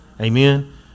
Amen